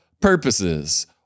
purposes